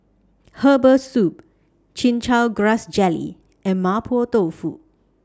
Herbal Soup Chin Chow Grass Jelly and Mapo Tofu